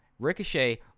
Ricochet